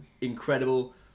incredible